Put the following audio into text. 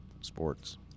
sports